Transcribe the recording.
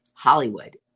Hollywood